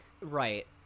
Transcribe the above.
right